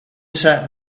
sat